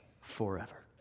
forever